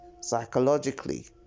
psychologically